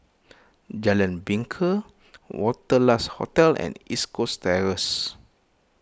Jalan Bingka Wanderlust Hotel and East Coast Terrace